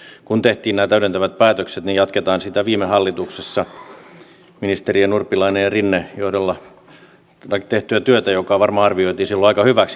ja nyt kun tehtiin nämä täydentävät päätökset niin jatketaan sitä viime hallituksessa ministeri urpilaisen ja ministeri rinteen johdolla tehtyä työtä joka varmaan arvioitiin silloin aika hyväksi konseptiksi